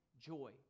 joy